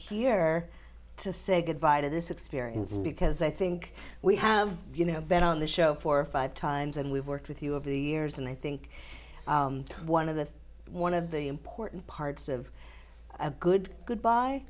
here to say goodbye to this experience because i think we have you know been on the show for five times and we've worked with you of the years and i think one of the one of the important parts of a good goodbye